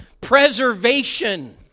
Preservation